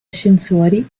ascensori